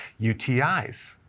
UTIs